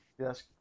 Yes